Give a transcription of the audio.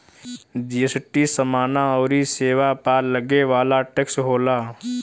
GST समाना अउरी सेवा पअ लगे वाला टेक्स होला